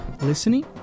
listening